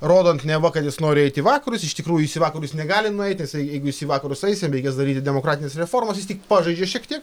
rodant neva kad jis nori eit į vakarus iš tikrųjų jis į vakarus negali nueit nes jeigu jis į vakarus eis jam reikės daryti demokratines reformas jis tik pažaidžia šiek tiek